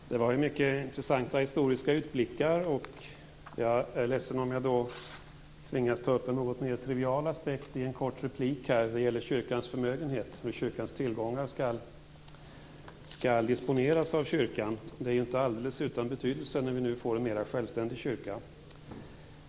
Fru talman! Det var mycket intressanta historiska utblickar. Jag är ledsen om jag tvingas ta upp en något mer trivial aspekt i en kort replik. Det gäller kyrkans förmögenhet och hur kyrkans tillgångar skall disponeras av kyrkan. Det är inte alldeles utan betydelse när vi nu får en mera självständig kyrka.